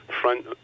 front